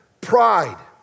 pride